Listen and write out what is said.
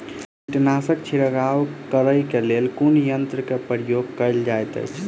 कीटनासक छिड़काव करे केँ लेल कुन यंत्र केँ प्रयोग कैल जाइत अछि?